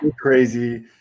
Crazy